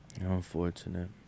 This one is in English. unfortunate